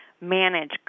manage